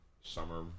summer